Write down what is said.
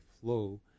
flow